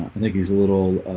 think he's a little